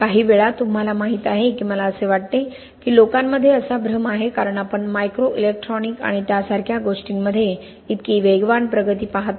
काहीवेळा तुम्हाला माहित आहे की मला असे वाटते की लोकांमध्ये असा भ्रम आहे कारण आपण मायक्रोइलेक्ट्रॉनिक आणि त्यासारख्या गोष्टींमध्ये इतकी वेगवान प्रगती पाहतो